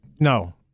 No